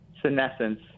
senescence